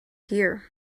here